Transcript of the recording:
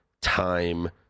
Time